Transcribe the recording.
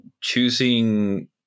choosing